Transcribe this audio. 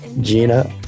gina